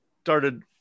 started